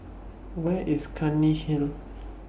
Where IS Clunny Hill